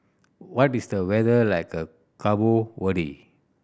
what is the weather like the Cabo Verde